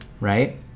Right